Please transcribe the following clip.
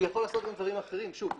הוא יכול לעשות גם דברים אחרים - שוב,